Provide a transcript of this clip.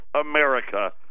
America